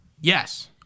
Yes